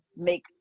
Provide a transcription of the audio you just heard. make